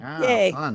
Yay